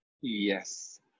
yes